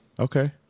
Okay